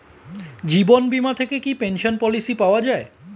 জীবন বীমা থেকে কি পেনশন পলিসি পাওয়া যায়?